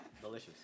delicious